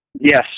Yes